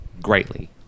greatly